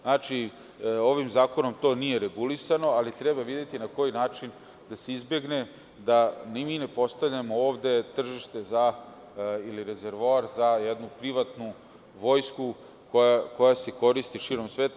Znači, ovim zakonom to nije regulisano, ali treba videti na koji način da se izbegne da ni mi ne postanemo ovde tržište ili rezervoar za jednu privatnu vojsku koja se koristi širom sveta.